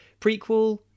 prequel